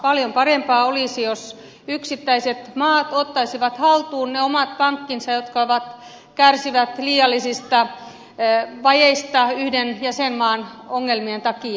paljon parempi olisi jos yksittäiset maat ottaisivat haltuun ne omat pankkinsa jotka kärsivät liiallisista vajeista yhden jäsenmaan ongelmien takia